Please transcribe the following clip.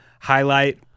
highlight